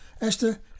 Esther